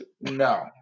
no